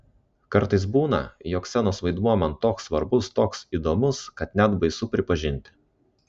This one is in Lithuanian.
kartais būna jog scenos vaidmuo man toks svarbus toks įdomus kad net baisu pripažinti